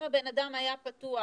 אם הבן אדם היה פתוח